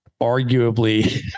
arguably